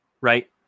right